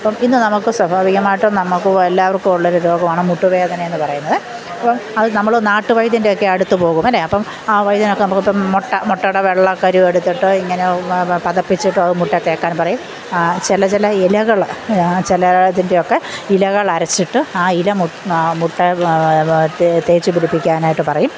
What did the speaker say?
ഇപ്പം പിന്നെ നമുക്ക് സ്വാഭാവികമായിട്ടും നമുക്ക് എല്ലാവർക്കും ഉള്ള ഒരു രോഗമാണ് മുട്ടുവേദന എന്നു പറയുന്നത് അപ്പം അത് നമ്മൾ നാട്ടുവൈദ്യൻ്റെയൊക്കെ അടുത്ത് പോകും അല്ലേ അപ്പം ആ വൈദ്യൻ അപ്പോൾ നമുക്കപ്പോൾ മുട്ട മുട്ടയുടെ വെള്ള കരു എടുത്തിട്ട് ഇങ്ങനെ പതപ്പിച്ചിട്ട് അത് മുട്ടിൽ തേക്കാൻ പറയും ചില ചില ഇലകൾ ചിലതിൻ്റെയൊക്കെ ഇലകളരച്ചിട്ട് ആ ഇല മുട്ടിൽ തേച്ചുപിടിപ്പിക്കാനായിട്ട് പറയും